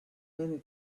many